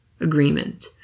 Agreement